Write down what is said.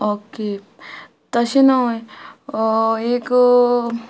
okay तशें न्हय एक